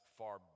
far